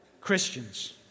Christians